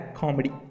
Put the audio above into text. comedy